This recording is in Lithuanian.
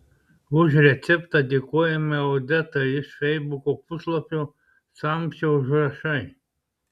už receptą dėkojame odetai iš feisbuko puslapio samčio užrašai